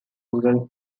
rural